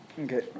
Okay